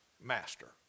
master